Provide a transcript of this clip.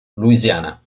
louisiana